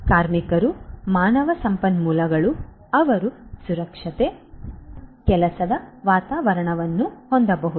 ಕಾರ್ಮಿಕರು ಮಾನವ ಸಂಪನ್ಮೂಲಗಳು ಅವರು ಸುರಕ್ಷಿತ ಕೆಲಸದ ವಾತಾವರಣವನ್ನು ಹೊಂದಬಹುದು